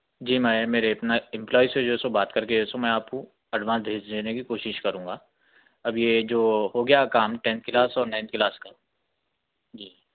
جی میں میرے اپنے امپلائی سے جو ہے سو بات کر کے سو میں آپ کو ایڈوانس بھیج دینے کی کوشش کروں گا اب یہ جو ہو گیا کام ٹینتھ کلاس اور نائنتھ کلاس کا جی